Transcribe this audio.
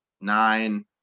nine